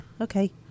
okay